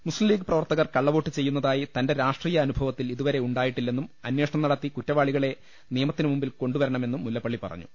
Muslim League പ്രവർത്തകർ കള്ളവോട്ട് ചെയ്യു ന്നതായി തന്റെ രാഷ്ട്രീയ അനുഭവത്തിൽ ഇതുവരെ ഉണ്ടായിട്ടി ല്ലെന്നും അന്വേഷണം നടത്തി കുറ്റവാളികളെ നിയമത്തിന് മുന്നിൽ കൊണ്ടുവരണമെന്നും മുല്ലപ്പള്ളി പറഞ്ഞു